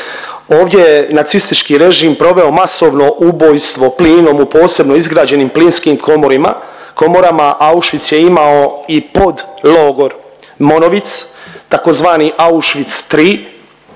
Ovdje je nacistički režim proveo masovno ubojstvo plinom u posebno izgrađenim plinskim komorama, a Auschwitz je imao i podlogor Monowitz, tzv. Auschwitz 3